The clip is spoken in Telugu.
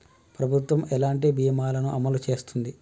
ప్రభుత్వం ఎలాంటి బీమా ల ను అమలు చేస్తుంది?